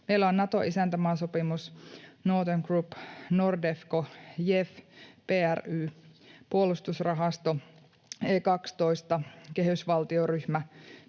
Meillä on Nato-isäntämaasopimus, Northern Group, Nordefco, JEF, PRY, puolustusrahasto, E12 ja kehysvaltioryhmä.